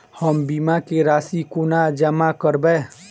हम बीमा केँ राशि कोना जमा करबै?